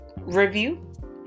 review